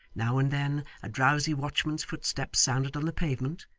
now and then a drowsy watchman's footsteps sounded on the pavement,